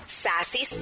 sassy